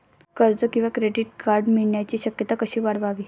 कर्ज किंवा credit card मिळण्याची शक्यता कशी वाढवावी?